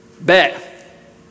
Bet